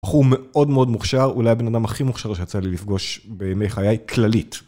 בחור מאוד מאוד מוכשר, אולי הבן אדם הכי מוכשר שיצא לי לפגוש בימי חיי כללית.